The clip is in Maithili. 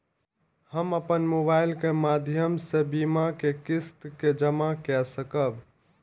हम अपन मोबाइल के माध्यम से बीमा के किस्त के जमा कै सकब?